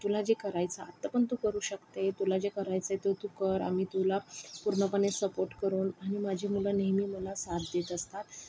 तुला जे करायचं आत्ता पण तू करू शकते तुला जे करायचंय ते तू कर आम्ही तुला पूर्णपणे सपोर्ट करू आणि माझी मुलं नेहमी मला साथ देत असतात